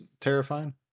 terrifying